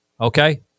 okay